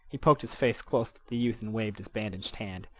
he poked his face close to the youth and waved his bandaged hand.